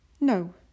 No